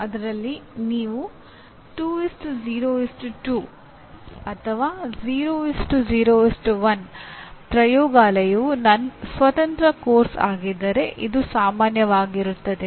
ಆದ್ದರಿಂದ ನೀವು 2 0 2 0 0 1 ಪ್ರಯೋಗಾಲಯವು ಸ್ವತಂತ್ರ ಪಠ್ಯಕ್ರಮವಾಗಿದ್ದರೆ ಇದು ಸಾಮಾನ್ಯವಾಗಿರುತ್ತದೆ